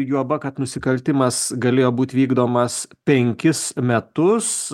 juoba kad nusikaltimas galėjo būti vykdomas penkis metus